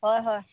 হয় হয়